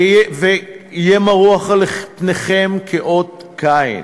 וזה יהיה מרוח על פניכם כאות קין.